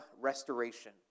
restoration